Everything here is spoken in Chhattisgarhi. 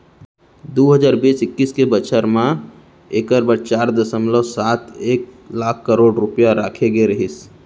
दू हजार बीस इक्कीस के बछर म एकर बर चार दसमलव सात एक लाख करोड़ रूपया राखे गे रहिस